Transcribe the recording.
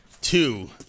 two